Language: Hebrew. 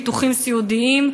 ביטוחים סיעודיים,